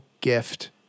gift